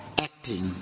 acting